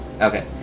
Okay